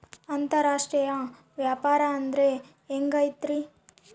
ಅಂತರಾಷ್ಟ್ರೇಯ ವ್ಯಾಪಾರ ಅಂದ್ರೆ ಹೆಂಗಿರ್ತೈತಿ?